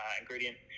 ingredient